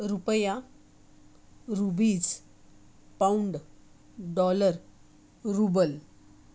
रुपया rupees pound dollar Rubal